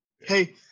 Hey